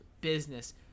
business